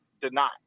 deny